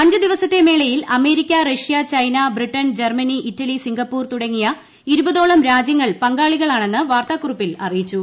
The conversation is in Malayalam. അഞ്ച് ദിവസത്തെ മേളയിൽ America Russia China Britain Germany Italy Singapore തുടങ്ങിയി ഇ്രുപതോളം രാജ്യങ്ങൾ പങ്കാളികളാണെന്ന് വാർത്താക്കുറിപ്പിൽ അറിയിച്ചു